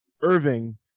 Irving